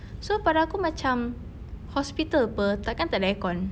so pada aku macam hospital apa tak akan tak ada aircon